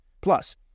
Plus